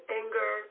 anger